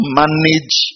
manage